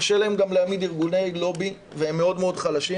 קשה להם גם להעמיד ארגוני לובי והם מאוד מאוד חלשים,